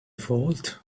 fault